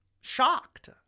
shocked